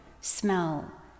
smell